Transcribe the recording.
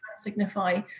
signify